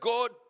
God